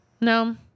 no